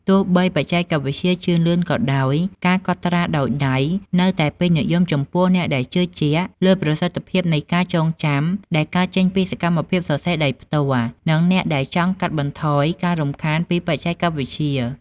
ទោះបីបច្ចេកវិទ្យាជឿនលឿនក៏ដោយ ការកត់ត្រាដោយដៃនៅតែពេញនិយមចំពោះអ្នកដែលជឿជាក់លើប្រសិទ្ធភាពនៃការចងចាំដែលកើតចេញពីសកម្មភាពសរសេរដោយផ្ទាល់ និងអ្នកដែលចង់កាត់បន្ថយការរំខានពីបច្ចេកវិទ្យា។